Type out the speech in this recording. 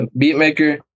beatmaker